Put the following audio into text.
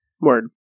Word